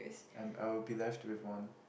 I'm I'll be left with one